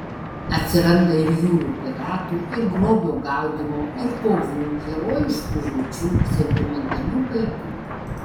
atsiranda ir jūrų piratų ir grobio gaudymo ir kovų herojiškų žūčių sentimentalių gaidų